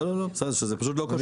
לא, זה פשוט לא קשור.